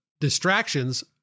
distractions